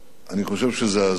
אני חושב שזעזוע,